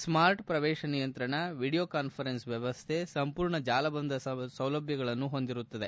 smart ಪ್ರವೇಶ ನಿಯಂತ್ರಣ video conference ವ್ಯವಸ್ಥೆ ಸಂಪೂರ್ಣ ಜಾಲಬಂಧ ಸೌಲಭ್ಯಗಳನ್ನು ಹೊಂದಿರುತ್ತದೆ